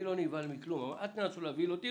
לא תצליחו להבהיל אותי.